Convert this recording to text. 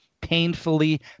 painfully